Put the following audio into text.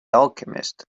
alchemist